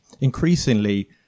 Increasingly